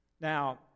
Now